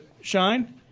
shine